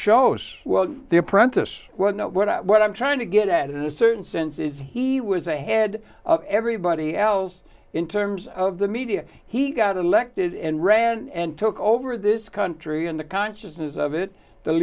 shows well the apprentice well you know what i'm trying to get at in a certain sense is he was ahead of everybody else in terms of the media he got elected and ran and took over this country and the consciousness of it the